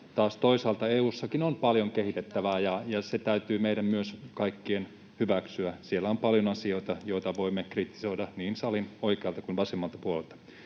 toisaalta taas EU:ssakin on paljon kehitettävää, ja se täytyy meidän kaikkien myös hyväksyä. Siellä on paljon asioita, joita voimme kritisoida niin salin oikealta kuin vasemmalta puolelta.